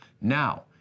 Now